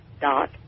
dot